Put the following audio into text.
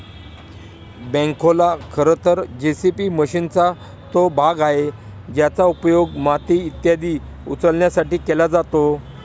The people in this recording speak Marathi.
बॅखोला खरं तर जे.सी.बी मशीनचा तो भाग आहे ज्याचा उपयोग माती इत्यादी उचलण्यासाठी केला जातो